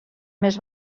més